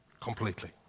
completely